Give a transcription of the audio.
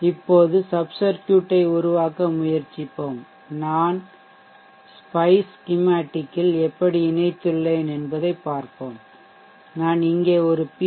இப்போது சப் சர்க்யூட்டை உருவாக்க முயற்சிப்போம் அதை நான் SPICE ஸ்கிமேட்டிக் இல் எப்படி இணைத்துள்ளேன் என்பதை பார்ப்போம் நான் இங்கே ஒரு பி